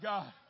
God